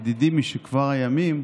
ידידי משכבר הימים,